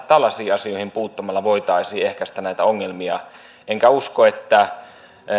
tällaisiin asioihin puuttumalla voitaisiin ehkäistä näitä ongelmia enkä usko että